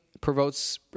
provokes